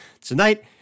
Tonight